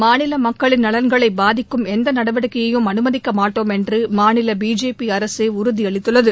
மாநில மக்களின் நலன்களை பாதிக்கும் எந்த நடவடிக்கையையும் அனுமதிக்க மாட்டோம் என்று மாநில பிஜேபி அரசு உறுதியளித்துள்ளது